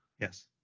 Yes